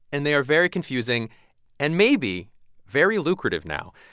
and they are very confusing and maybe very lucrative now.